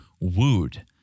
wooed